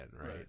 right